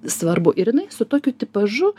svarbu ir jinai su tokiu tipažu